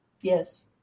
Yes